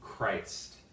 Christ